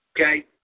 okay